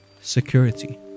security